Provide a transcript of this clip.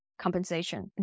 compensation